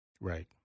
Right